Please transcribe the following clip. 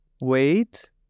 wait